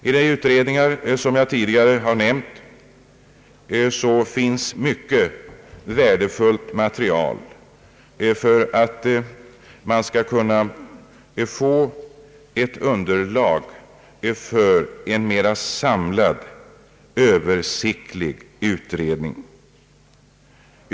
I de utredningar som jag tidigare nämnt finns mycket värdefullt material som kan användas som underlag för en mera samlad översiktlig utredning.